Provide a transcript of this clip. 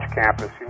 campus